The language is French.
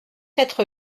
être